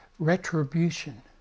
retribution